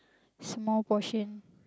small portion